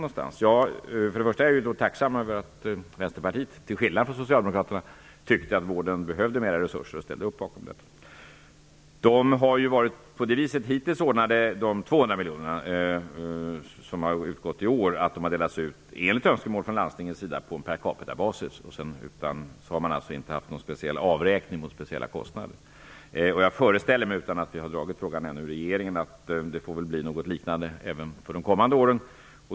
Först och främst är jag tacksam för att Vänsterpartiet, till skillnad från Socialdemokraterna, tyckt att vården behövde mera resurser och därför ställt upp på detta. De 200 miljoner kronor som har utgått i år har delats ut, enligt landstingets önskemål, på en per-capitabasis. Man har inte haft någon speciell avräkning mot speciella kostnader. Utan att vi har dragit frågan i regeringen föreställer jag mig att det får bli något liknande även för de kommande åren.